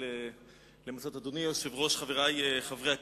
אדוני היושב-ראש, חברי חברי הכנסת,